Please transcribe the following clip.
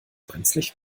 brenzlig